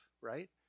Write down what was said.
right